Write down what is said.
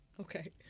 okay